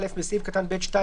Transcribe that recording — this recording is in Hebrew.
(א)בסעיף קטן (ב)(2),